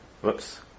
whoops